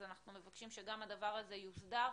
אז אנחנו מבקשים שגם הדבר הזה יוסדר,